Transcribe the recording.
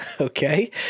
Okay